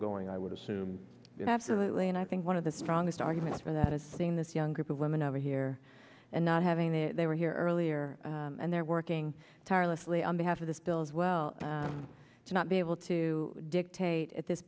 going i would assume absolutely and i think one of the strongest arguments for that is seeing this young group of women over here and not having it they were here earlier and they're working tirelessly on behalf of this bill as well to not be able to dictate at this